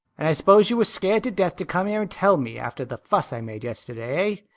and i suppose you were scared to death to come here and tell me, after the fuss i made yesterday, hey?